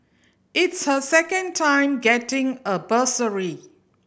it's her second time getting a bursary